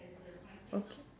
okay